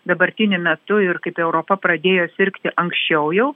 dabartiniu metu ir kaip europa pradėjo sirgti anksčiau jau